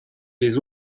des